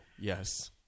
yes